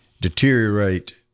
deteriorate